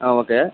ಹಾಂ ಓಕೆ